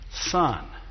son